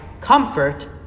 comfort